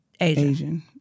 Asian